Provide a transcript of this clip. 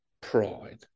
pride